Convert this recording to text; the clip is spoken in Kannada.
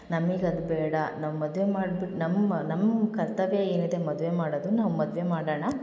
ನಮಿಗೆ ಅದು ಬೇಡ ನಾವು ಮದುವೆ ಮಾಡ್ಬಿಟ್ಟು ನಮ್ಮ ನಮ್ಮ ಕರ್ತವ್ಯ ಏನಿದೆ ಮದುವೆ ಮಾಡೋದು ನಾವು ಮದುವೆ ಮಾಡೋಣ